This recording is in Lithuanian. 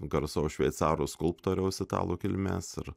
garsaus šveicarų skulptoriaus italų kilmės ir